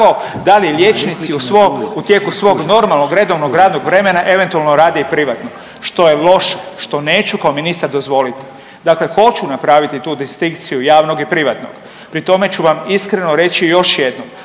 da liječnici u tijeku svog normalnog redovnog radnog vremena eventualno rade i privatno što je loš, što neću ko ministar dozvolit. Dakle, hoću napraviti tu distinkciju javnog i privatnog, pri tome ću vam iskreno reći još jedno,